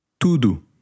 Tudo